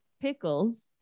pickles